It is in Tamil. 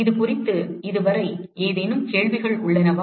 இது குறித்து இதுவரை ஏதேனும் கேள்விகள் உள்ளனவா